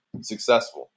successful